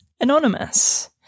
Anonymous